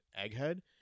Egghead